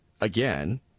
again